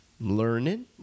learning